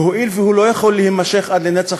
והואיל והוא לא יכול להימשך עד לנצח